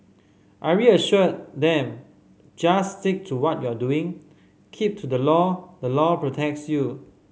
I real assured them just stick to what you are doing keep to the law the law protects you